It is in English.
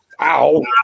Ow